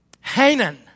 Hanan